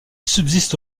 subsiste